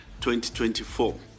2024